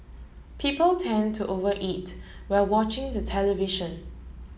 people tend to over eat while watching the television